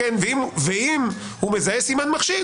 ואם הוא מזהה סימן מחשיד,